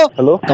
Hello